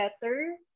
better